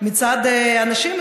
מצד אנשים,